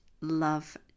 love